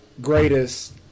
greatest